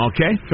Okay